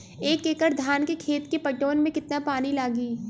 एक एकड़ धान के खेत के पटवन मे कितना पानी लागि?